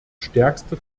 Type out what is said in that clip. stärkste